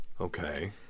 Okay